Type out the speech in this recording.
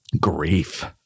grief